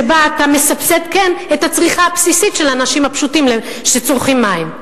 שבה אתה כן מסבסד את הצריכה הבסיסית של האנשים הפשוטים שצורכים מים.